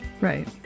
right